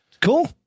cool